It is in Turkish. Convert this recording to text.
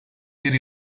bir